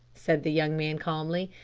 said the young man calmly,